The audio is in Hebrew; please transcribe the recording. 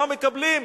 מה מקבלים?